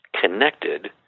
connected